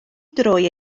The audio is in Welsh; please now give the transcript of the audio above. droi